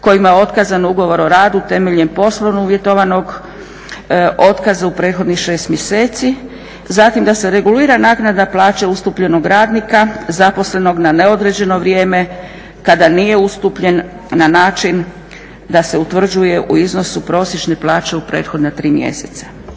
kojima je otkazan ugovor o radu temeljem poslovno uvjetovanog otkaza u prethodnih 6 mjeseci, zatim da se regulira naknada plaće ustupljenog radnika zaposlenog na neodređeno vrijeme kada nije ustupljen na način da se utvrđuje u iznosu prosječne plaće u prethodna tri mjeseca.